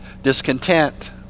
discontent